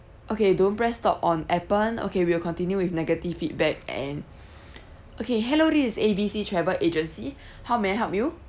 okay don't press stop on appen okay we'll continue with negative feedback and okay hello this is A B C travel agency how may I help you